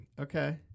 Okay